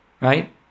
right